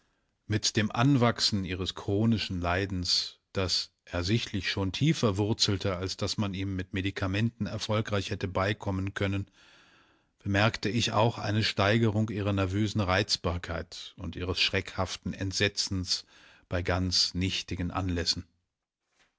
mit dem anwachsen ihres chronischen leidens das ersichtlich schon tiefer wurzelte als daß man ihm mit medikamenten erfolgreich hätte beikommen können bemerkte ich auch eine steigerung ihrer nervösen reizbarkeit und ihres schreckhaften entsetzens bei ganz nichtigen anlässen